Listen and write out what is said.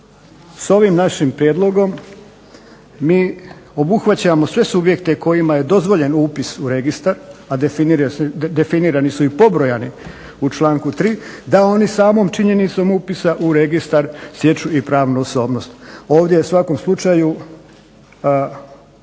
s ovim našim prijedlogom mi obuhvaćamo sve subjekte kojima je dozvoljen upis u registar, a definirani su i pobrojani u članku 3. da oni samom činjenicom upisa u registar stječu i pravnu osobnost. Ovdje u svakom slučaju